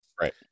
right